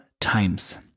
times